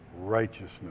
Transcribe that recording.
righteousness